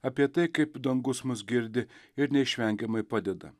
apie tai kaip dangus mus girdi ir neišvengiamai padeda